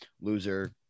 loser